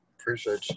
Appreciate